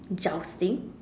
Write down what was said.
jousting